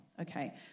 Okay